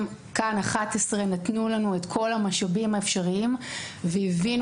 כאן 11 נתנו לנו את כל המשאבים האפשריים והבינו